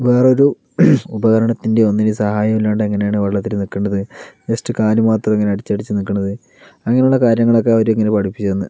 വേറൊരു ഉപകരണത്തിൻ്റെയും ഒന്നിൻ്റെയും സഹായമില്ലാണ്ട് എങ്ങനെയാണ് വെള്ളത്തിൽ നിൽക്കേണ്ടത് ജസ്റ്റ് കാൽ മാത്രം എങ്ങനെ അടിച്ചടിച്ച് നിൽക്കേണ്ടത് അങ്ങനെയുള്ള കാര്യങ്ങളൊക്കെ അവർ ഇങ്ങനെ പഠിപ്പിച്ചു തന്നു